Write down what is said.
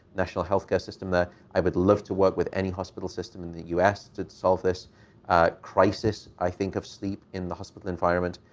national healthcare system there. i would love to work with any hospital system in the u s. to solve this crisis, i think, of sleep in the hospital environment.